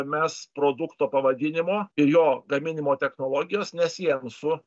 mes produkto pavadinimo ir jo gaminimo technologijos nesiejam su